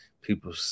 people